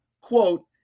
quote